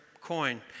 coin